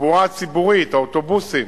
התחבורה הציבורית, האוטובוסים